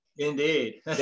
Indeed